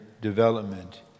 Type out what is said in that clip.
development